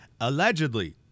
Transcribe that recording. allegedly